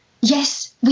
yes